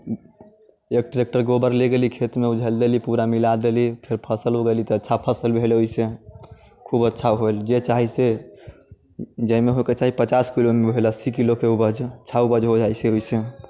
एक ट्रैक्टर गोबर ले गेली खेतमे उझलि देली पूरा मिला देली फेर फसल उगेली तऽ अच्छा फसल भेल ओइसँ खूब अच्छा होयल जे चाहि से जाहिमे होइके चाही पचास किलो ओइमे भेल अस्सी किलोके उपज अच्छा उपज हो जाइ छै ओइसँ